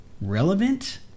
relevant